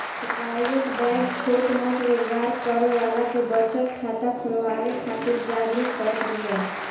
private bank छोट मोट रोजगार करे वाला के बचत खाता खोलवावे खातिर जागरुक करत बिया